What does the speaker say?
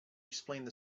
explained